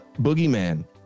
boogeyman